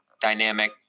dynamic